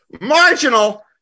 Marginal